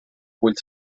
vull